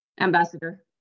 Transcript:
Ambassador